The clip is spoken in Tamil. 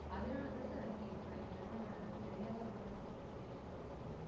அதனால் தான் சார் நான் கேட்குறேன் இல்லைனா தெரியாதவங்கன்னால் நான் உங்கள்கிட்ட கேட்க மாட்டேனில்ல